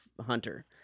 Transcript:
hunter